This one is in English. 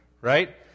Right